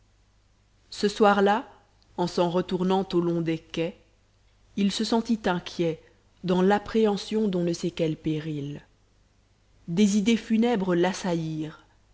ce soir-là en s'en retournant au long des quais il se sentit inquiet dans l'appréhension d'on ne sait quel péril des idées funèbres l'assaillirent